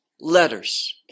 Letters